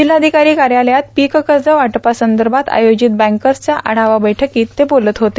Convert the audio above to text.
जिल्हाधिकारी कार्यालयात पीककर्ज वाटपासंदर्भात आयोजित बँकर्सच्या आढावा बैठकीत ते बोलत होते